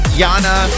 yana